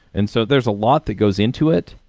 and so, there's a lot that goes into it.